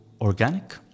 organic